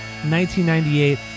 1998